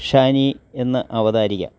ഷാനി എന്ന അവതാരിക